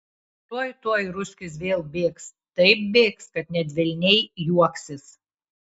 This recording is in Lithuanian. tuoj tuoj ruskis vėl bėgs taip bėgs kad net velniai juoksis